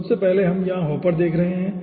तो सबसे पहले हम यहां हॉपर देख रहे हैं